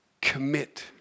Commit